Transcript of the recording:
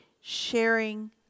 sharing